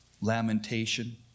lamentation